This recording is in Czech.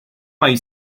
mají